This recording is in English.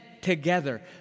together